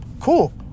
Cool